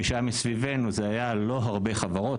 מי שהיה מסביבנו זה היה לא הרבה חברות.